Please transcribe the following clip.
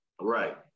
Right